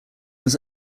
was